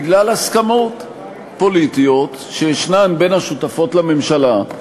בגלל הסכמות פוליטיות שיש בין השותפות לממשלה,